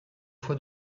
fois